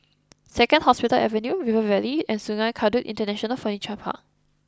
Second Hospital Avenue River Valley and Sungei Kadut International Furniture Park